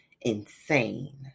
insane